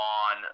on